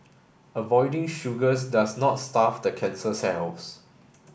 avoiding sugars does not starve the cancer cells